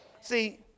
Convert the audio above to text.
see